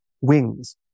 wings